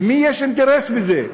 למי יש אינטרס בזה?